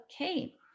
Okay